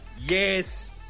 yes